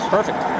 Perfect